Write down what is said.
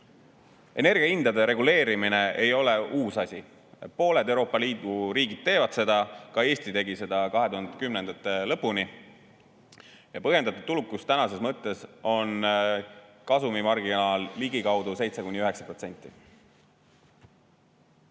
energiahindade reguleerimine ei ole uus asi. Pooled Euroopa Liidu riigid teevad seda, ka Eesti tegi seda 2010. aastate lõpuni. Põhjendatud tulukus tänases mõttes on kasumimarginaal 7–9%.